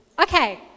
Okay